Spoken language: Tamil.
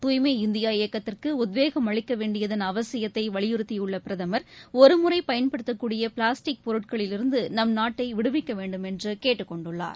துய்மை இந்தியா இயக்கத்திற்குஉத்வேகம் அளிக்கவேண்டியதன் அவசியத்தைவலியுறுத்தியுள்ளபிரதமர் ஒருமுறையன்படுத்தக்கூடியபிளாஸ்டிக் பொருட்களிலிருந்துநம் நாட்டைவிடுவிக்கவேண்டும் என்றுகேட்டுக்கொண்டுள்ளார்